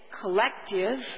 collective